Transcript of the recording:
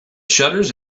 shutters